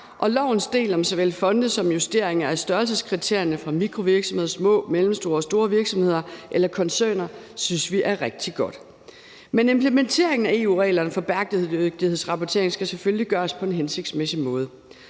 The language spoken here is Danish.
og lovforslagets del om såvel fonde som justeringer af størrelseskriterierne for mikrovirksomheder, små, mellemstore og store virksomheder eller koncerner synes vi er rigtig godt. Men implementeringen af EU-reglerne for bæredygtighedsrapporteringen skal selvfølgelig gøres på en hensigtsmæssig måde.